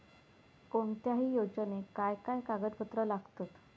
कोणत्याही योजनेक काय काय कागदपत्र लागतत?